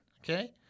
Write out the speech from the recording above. okay